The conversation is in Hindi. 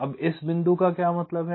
तो इस बिंदु का क्या मतलब है